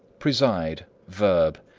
preside, v.